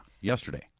yesterday